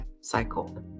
cycle